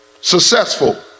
successful